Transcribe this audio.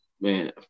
man